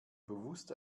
bewusst